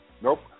Nope